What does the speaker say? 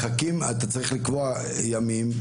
אתה צריך לקבוע ימים.